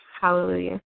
Hallelujah